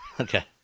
Okay